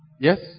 Yes